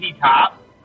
Top